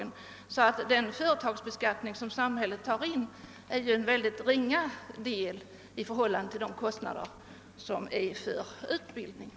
Men den generösa företagsbeskattning som samhället tillämpar ger bara en mycket ringa del av de kostnader samhället har för utbildningen.